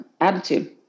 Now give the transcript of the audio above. attitude